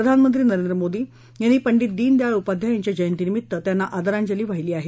प्रधानमंत्री नरेंद्र मोदी यांनी पंडित दिनदयाळ उपाध्याय यांच्या जयंतीनिमित्त त्यांना आदरांजली वाहिली आहे